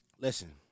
Listen